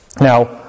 Now